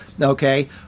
Okay